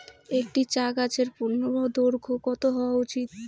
একটি চা গাছের পূর্ণদৈর্ঘ্য কত হওয়া উচিৎ?